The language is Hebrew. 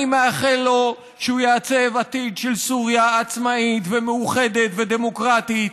אני מאחל לו שהוא יעצב עתיד של סוריה עצמאית ומאוחדת ודמוקרטית,